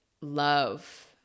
love